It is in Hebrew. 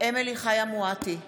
אמילי חיה מואטי,